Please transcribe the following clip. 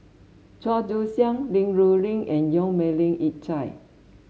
Chua Joon Siang Li Rulin and Yong Melvin Yik Chye